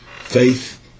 faith